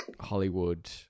Hollywood